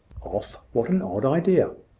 off! what an odd idea!